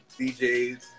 DJs